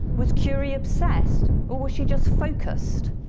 was curie obsessed or was she just focused?